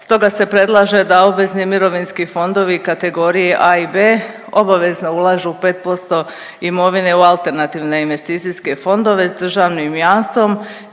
Stoga se predlaže da obvezni mirovinski fondovi kategorije A i B, obavezno ulažu 5% imovine u alternativne investicijske fondove s državnim jamstvom